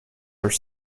are